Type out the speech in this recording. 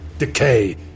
Decay